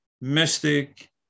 mystic